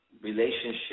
relationship